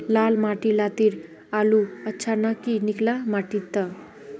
लाल माटी लात्तिर आलूर अच्छा ना की निकलो माटी त?